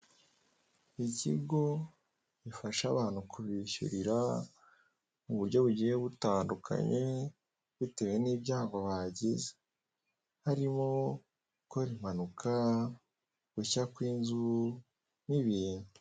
Ikigo gifasha abantu kubishyurira muburyo bugiye butandukanye bitewe nibyago bagize harimo gukora impanuka gushya kwinzu nibindi.